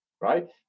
right